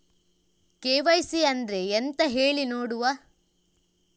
KYC ಅಂದ್ರೆ ಎಂತ ಹೇಳಿ ನೋಡುವ?